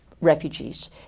refugees